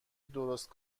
درست